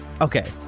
okay